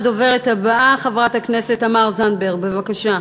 הדוברת הבאה, חברת הכנסת תמר זנדברג, בבקשה.